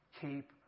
Keep